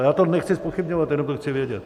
Já to nechci zpochybňovat, jenom to chci vědět.